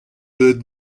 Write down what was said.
deuet